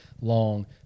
long